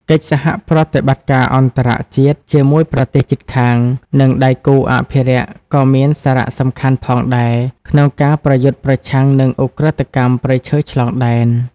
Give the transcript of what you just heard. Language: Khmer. កិច្ចសហប្រតិបត្តិការអន្តរជាតិ ជាមួយប្រទេសជិតខាង និងដៃគូអភិរក្សក៏មានសារៈសំខាន់ផងដែរ ក្នុងការប្រយុទ្ធប្រឆាំងនឹងឧក្រិដ្ឋកម្មព្រៃឈើឆ្លងដែន។